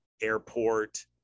airport